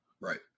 Right